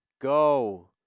go